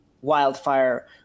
wildfire